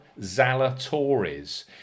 Zalatoris